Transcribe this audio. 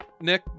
Nick